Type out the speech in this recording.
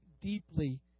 deeply